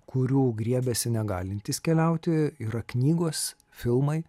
kurių griebiasi negalintys keliauti yra knygos filmai